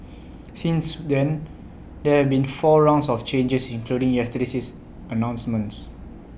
since then there have been four rounds of changes including yesterday's announcements